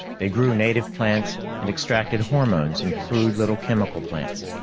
they grew native plants and extracted hormones in crude little chemical plants.